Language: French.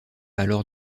alors